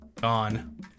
gone